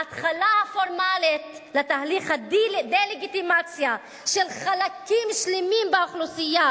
ההתחלה הפורמלית של תהליך הדה-לגיטימציה של חלקים שלמים באוכלוסייה